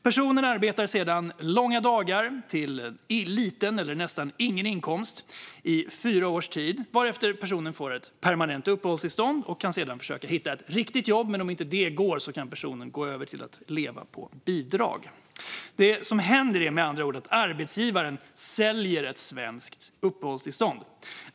Personen arbetar sedan långa dagar till liten eller nästan ingen inkomst i fyra års tid, varefter personen får ett permanent uppehållstillstånd och sedan kan försöka hitta ett riktigt jobb. Om inte det går kan personen gå över till att leva på bidrag. Det som händer, med andra ord, är att arbetsgivaren säljer ett svenskt uppehållstillstånd.